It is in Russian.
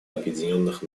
объединенных